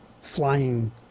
flying